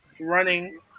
Running